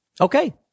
Okay